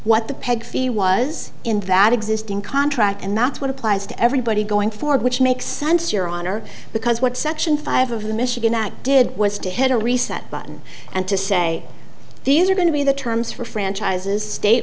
what the peg fee was in that existing contract and that's what applies to everybody going forward which makes sense your honor because what section five of the michigan act did was to hit a reset button and to say these are going to be the terms for franchises state